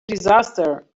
disaster